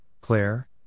Claire